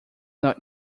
not